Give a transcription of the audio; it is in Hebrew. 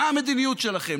מה המדיניות שלכם?